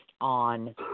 on